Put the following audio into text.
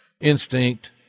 instinct